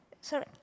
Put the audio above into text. Sorry